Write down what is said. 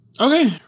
Okay